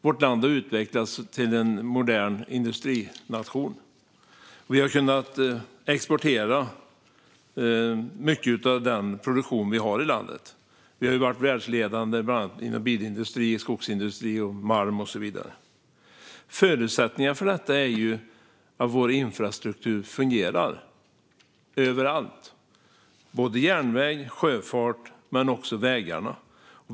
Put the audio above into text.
Vårt land har utvecklats till en modern industrination. Vi har kunnat exportera mycket av den produktion vi har i landet. Vi har ju varit världsledande inom bilindustri, skogsindustri, malm och så vidare. Förutsättningen för detta är att vår infrastruktur fungerar överallt, inte bara järnvägen och sjöfarten utan också vägarna.